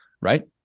right